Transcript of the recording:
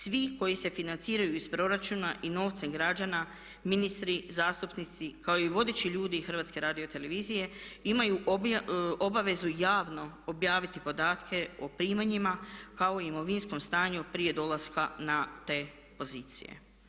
Svi koji se financiraju iz proračuna i novcem građana, ministri, zastupnici, kao i vodeći ljudi HRT-a imaju obavezu javno objaviti podatke o primanjima kao i imovinskom stanju prije dolaska na te pozicije.